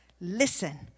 Listen